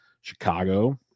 Chicago